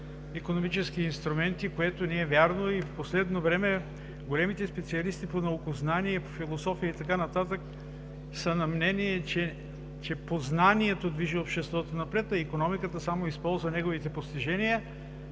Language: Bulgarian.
икономически инструменти, което не е вярно, и в последно време големите специалисти по наукознание, по философия и така нататък са на мнение, че познанието движи обществото напред, а икономиката използва само техните постижения.